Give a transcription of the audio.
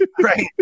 Right